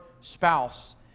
spouse